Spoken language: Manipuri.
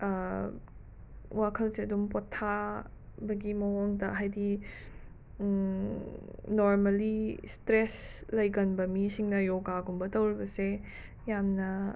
ꯋꯥꯈꯜꯁꯦ ꯑꯗꯨꯝ ꯄꯣꯊꯥ ꯕꯒꯤ ꯃꯑꯣꯡꯗ ꯍꯥꯏꯗꯤ ꯅꯣꯔꯃꯦꯂꯤ ꯁ꯭ꯇ꯭ꯔꯦꯁ ꯂꯩꯒꯟꯕ ꯃꯤꯁꯤꯡꯅ ꯌꯣꯒꯥꯒꯨꯝꯕ ꯇꯧꯔꯕꯁꯦ ꯌꯥꯝꯅ